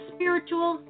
Spiritual